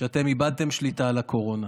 הוא שאתם איבדתם שליטה על הקורונה.